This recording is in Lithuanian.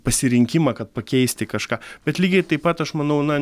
pasirinkimą kad pakeisti kažką bet lygiai taip pat aš manau na